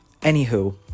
Anywho